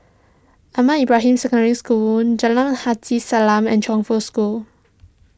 Ahmad Ibrahim Secondary School Jalan Haji Salam and Chongfu School